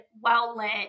well-lit